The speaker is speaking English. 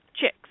chicks